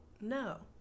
no